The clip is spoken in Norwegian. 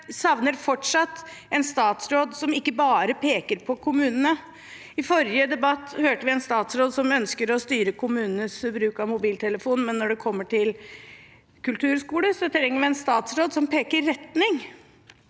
savner fortsatt en statsråd som ikke bare peker på kommunene. I forrige debatt hørte vi en statsråd som ønsker å styre kommunenes bruk av mobiltelefon, men når det gjelder kulturskole, trenger vi en statsråd som peker retning.